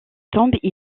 tombe